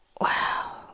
Wow